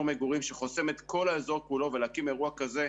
מגורים שחוסם את כל האזור ולהקים אירוע כזה,